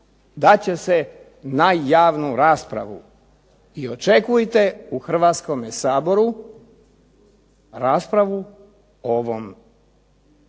će se na javnu raspravu. I očekujte u Hrvatskome saboru raspravu o